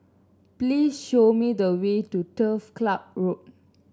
please show me the way to Turf Club Road